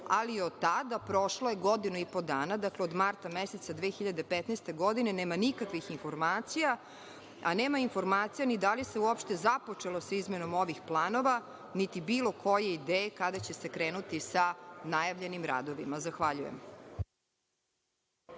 ali od tada prošlo je godinu i po dana, dakle, od marta meseca nema nikakvih informacija, a nema informacija ni da li se uopšte započelo sa izmenom ovih planova, niti bilo koje ideje kada će se krenuti sa najavljenim radovima. Zahvaljujem.